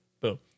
Boom